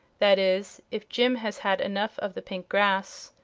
that is, if jim has had enough of the pink grass.